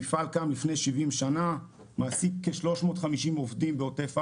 המפעל קם לפני 70 שנים ומעסיק כ-350 עובדים בעוטף עזה,